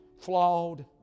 Flawed